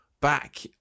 back